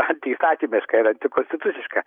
antiįstatymiška ir antikonstituciška